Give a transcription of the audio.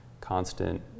constant